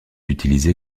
utilisé